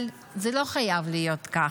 אבל זה לא חייב להיות כך.